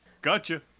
Gotcha